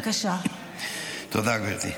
תודה, גברתי.